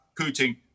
Putin